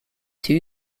two